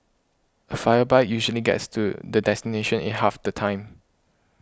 a fire bike usually gets to the destination in half the time